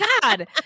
God